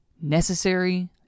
Necessary